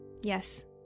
Yes